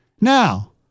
Now